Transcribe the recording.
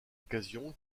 occasion